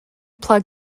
plug